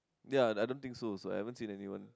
ya I don't think so also I haven't seen anyone